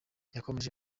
yakomeje